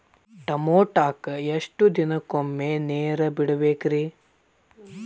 ಟಮೋಟಾಕ ಎಷ್ಟು ದಿನಕ್ಕೊಮ್ಮೆ ನೇರ ಬಿಡಬೇಕ್ರೇ?